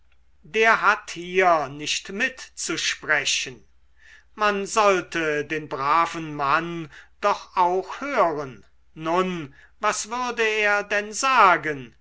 der hat hier nicht mitzusprechen man sollte den braven mann doch auch hören nun was würde er denn sagen